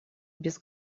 без